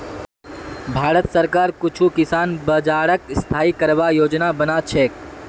भारत सरकार कुछू किसान बाज़ारक स्थाई करवार योजना बना छेक